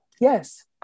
yes